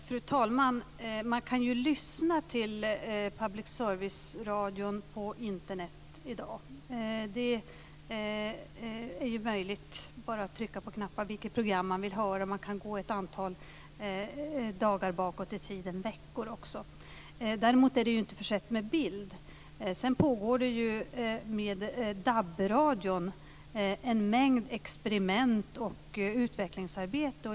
Fru talman! Man kan lyssna till public serviceradion på Internet i dag. Det är möjligt att bara genom att trycka på knappar välja vilket program man vill höra. Man kan gå ett antal dagar och veckor bakåt i tiden. Däremot är det inte försett med bild. Det pågår med DAB-radion en mängd experiment och ett utvecklingsarbete.